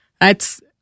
thats